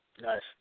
Nice